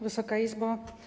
Wysoka Izbo!